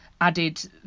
added